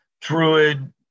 Druid